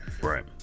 Right